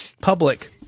public